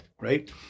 right